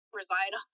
reside